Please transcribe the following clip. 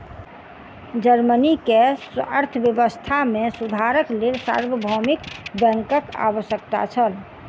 Germany के अर्थव्यवस्था मे सुधारक लेल सार्वभौमिक बैंकक आवश्यकता छल